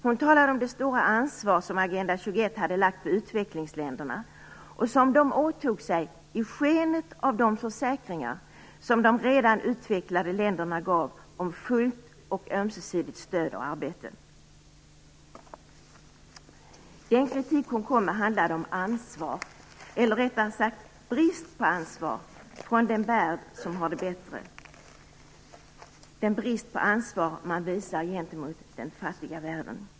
Hon talade om det stora ansvar som Agenda 21 hade lagt på utvecklingsländerna och som dessa åtog sig i skenet av de försäkringar som de redan utvecklade länderna gav om fullt och ömsesidigt stöd och samarbete. Den kritik hon kom med handlade om ansvaret, eller rättare sagt bristen på ansvar, som den värld som har det bättre visar gentemot den fattiga världen.